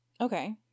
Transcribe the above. Okay